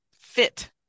fit